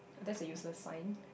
that's a useless sign